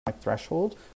threshold